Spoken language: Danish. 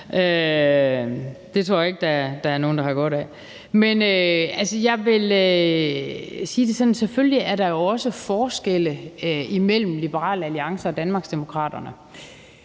Det tror jeg ikke der er nogen der har godt af. Men jeg vil sige det sådan, at selvfølgelig er der jo også forskelle imellem Liberal Alliance og Danmarksdemokraterne.